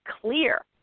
clear